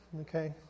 Okay